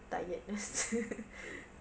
tiredness